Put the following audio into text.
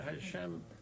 Hashem